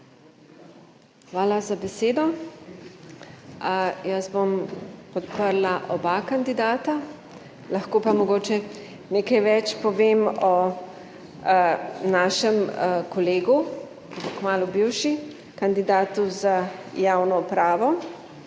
Hvala za besedo. Jaz bom podprla oba kandidata, lahko pa mogoče nekaj več povem o našem kolegu, ki bo kmalu bivši, kandidatu za javno upravo.